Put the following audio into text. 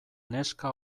neska